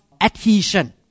adhesion